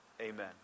amen